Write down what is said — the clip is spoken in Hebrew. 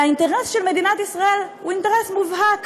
והאינטרס של מדינת ישראל הוא אינטרס מובהק